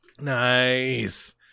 Nice